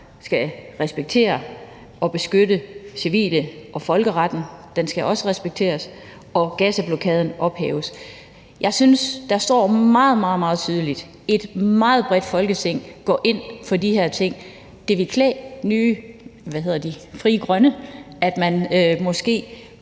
skal respektere og beskytte civile, at folkeretten også skal respekteres og Gazablokaden ophæves. Jeg synes, der står meget, meget tydeligt, at et meget bredt Folketing går ind for de her ting. Det ville klæde Frie Grønne, at man måske